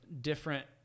different